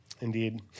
indeed